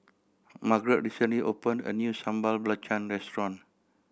Margeret recently opened a new Sambal Belacan restaurant